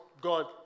God